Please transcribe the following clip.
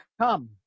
come